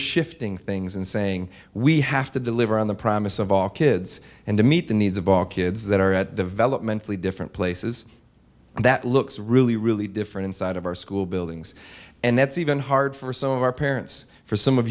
shifting things and saying we have to deliver on the promise of all kids and to meet the needs of all kids that are at the vellum mentally different places and that looks really really different inside of our school buildings and that's even hard for some of our parents for some of